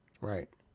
Right